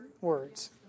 words